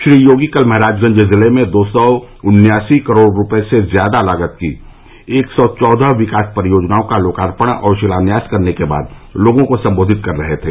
श्री योगी कल महराजगंज ज़िले में दो सौ उन्यासी करोड़ रूपये से ज़्यादा लागत की एक सौ चौदह विकास परियोजनाओं का लोकार्पण और शिलान्यास करने के बाद लोगों को सम्बोधित कर रहे थे